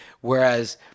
whereas